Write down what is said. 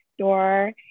store